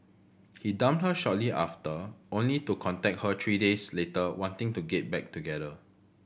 he dumped her shortly after only to contact her three days later wanting to get back together